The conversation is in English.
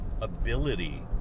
ability